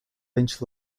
lynch